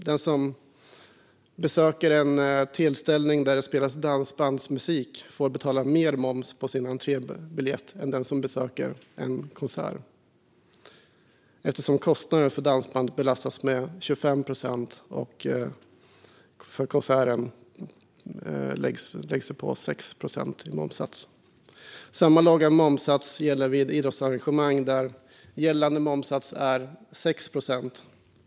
Den som besöker en tillställning där det spelas dansbandsmusik får betala högre moms på sin entrébiljett än den som besöker en konsert, eftersom dansband belastas med 25 procents moms medan konserten har en 6procentig momssats. Samma låga momssats gäller vid idrottsarrangemang, där momssatsen alltså är 6 procent.